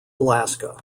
alaska